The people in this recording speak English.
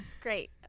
great